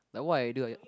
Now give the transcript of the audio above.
like what I do I